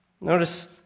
Notice